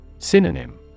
Synonym